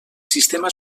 sistema